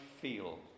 feel